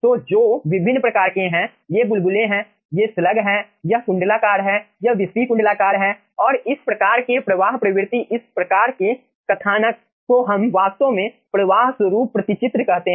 तो जो विभिन्न प्रकार के हैं ये बुलबुले हैं ये स्लग हैं यह कुंडलाकार है यह विस्पी कुंडलाकार है और इस प्रकार के प्रवाह प्रवृत्ति इस प्रकार के कथानक को हम वास्तव में प्रवाह स्वरूप प्रतिचित्र कहते हैं